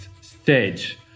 stage